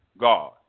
God